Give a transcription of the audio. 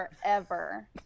forever